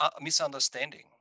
misunderstanding